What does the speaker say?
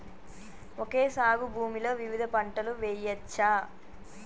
Okay సాగు భూమిలో వివిధ పంటలు వెయ్యచ్చా?